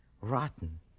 Rotten